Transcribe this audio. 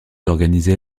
organisé